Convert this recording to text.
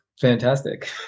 fantastic